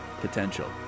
potential